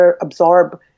absorb